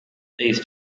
these